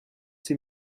sie